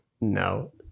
no